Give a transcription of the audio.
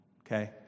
Okay